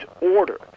order